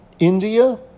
India